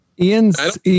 Ian's